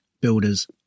builders